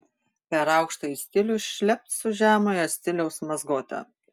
per aukštąjį stilių šlept su žemojo stiliaus mazgote